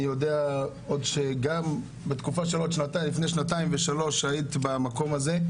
אני יודע עוד שגם בתקופה שלפני שנתיים ושלוש שהיית במקום הזה,